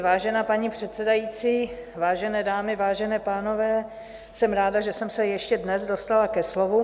Vážená paní předsedající, vážené dámy, vážení pánové, jsem ráda, že jsem se ještě dnes dostala ke slovu.